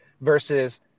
versus